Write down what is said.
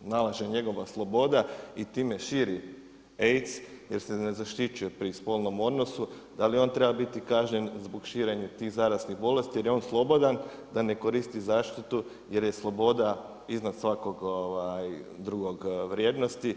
nalaže njegova sloboda i time širi AIDS jer se ne zaštićuje pri spolnom odnosu, da li on treba biti kažnjen zbog širenja tih zaraznih bolesti, jer je on slobodan da ne koristi zaštitu jer je sloboda iznad svake druge vrijednosti.